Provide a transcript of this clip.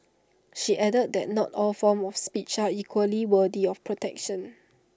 she added that not all forms of speech are equally worthy of protection